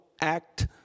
act